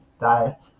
diet